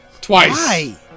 Twice